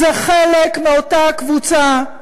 זה חלק מאותה קבוצה,